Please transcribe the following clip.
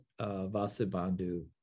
Vasubandhu